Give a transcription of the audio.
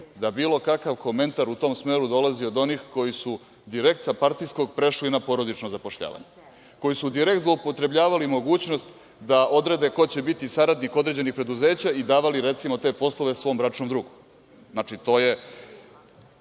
da bilo kakav komentar u tom smeru dolazi od onih koji su direkt sa partijskog prešli na porodično zapošljavanje, koji su direkt zloupotrebljavali mogućnost da odrede ko će biti saradnik određenih preduzeća i davali te poslove svom bračnom drugu. To je